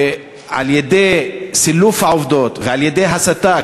ועל-ידי סילוף העובדות ועל-ידי הסתה,